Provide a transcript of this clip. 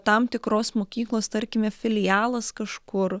tam tikros mokyklos tarkime filialas kažkur